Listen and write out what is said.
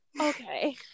Okay